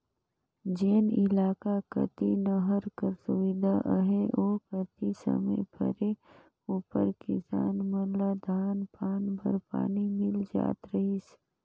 जेन इलाका कती नहर कर सुबिधा अहे ओ कती समे परे उपर किसान मन ल धान पान बर पानी मिल जात रहिस